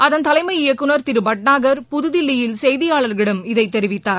அதன் தலைமை இயக்குனர் திரு பட்னாகர் புதுதில்லியல் செய்தியளார்களிடம் இதை தெரிவித்தார்